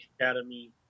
Academy